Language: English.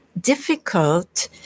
difficult